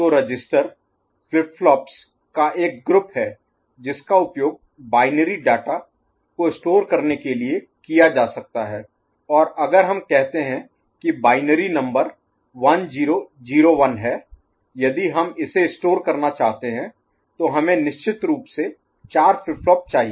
तो register flip flops का एक ग्रुप Group समूह है जिसका उपयोग बाइनरी डाटा को स्टोर करने के लिए किया जा सकता है और अगर हम कहते हैं कि बाइनरी नंबर Number संख्या 1001 है यदि हम इसे स्टोर करना चाहते हैं तो हमें निश्चित रूप से 4 फ्लिप फ्लॉप चाहिए